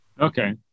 Okay